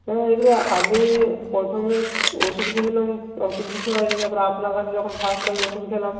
এবারে আমি প্রথমে ওষুধ কিছু হয়নি তারপরে আপনার কাছে যখন ফার্স্ট আমি ওষুধ খেলাম